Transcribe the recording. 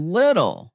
little